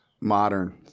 modern